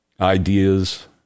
ideas